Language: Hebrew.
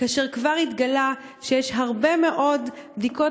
כאשר כבר התגלה שיש הרבה מאוד בדיקות